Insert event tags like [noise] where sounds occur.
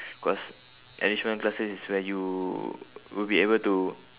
[breath] cause enrichment classes is where you will be able to